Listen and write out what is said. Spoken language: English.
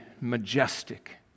majestic